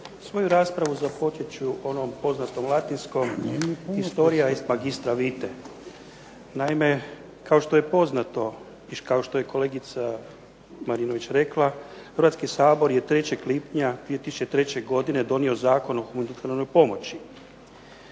Svoju raspravu započet ću onom poznatom latinskom "Historia est magistra vitae". Naime, kao što je poznato i kao što je kolegica Marinović rekla Hrvatski sabor 3. lipnja 2003. godine donio Zakon o humanitarnoj pomoći.